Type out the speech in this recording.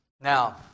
Now